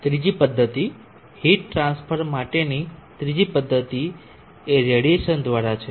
ત્રીજી પદ્ધતિ heat transfer માટેની ત્રીજી પદ્ધતિ એ રેડિયેશન દ્વારા છે